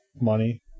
money